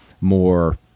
more